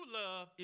love